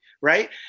right